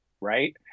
right